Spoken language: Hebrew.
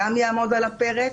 גם יעמוד על הפרק.